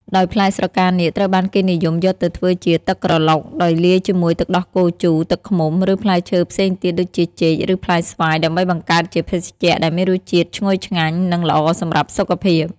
ដោយផ្លែស្រកានាគត្រូវបានគេនិយមយកទៅធ្វើជា ទឹកក្រឡុក ដោយលាយជាមួយទឹកដោះគោជូរ ទឹកឃ្មុំ ឬផ្លែឈើផ្សេងទៀតដូចជាចេក ឬផ្លែស្វាយ ដើម្បីបង្កើតជាភេសជ្ជៈដែលមានរសជាតិឈ្ងុយឆ្ងាញ់និងល្អសម្រាប់សុខភាព។